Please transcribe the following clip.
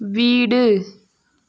வீடு